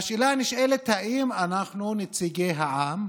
והשאלה הנשאלת, האם אנחנו נציגי העם,